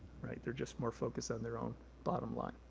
right, they're just more focused on their own bottom line.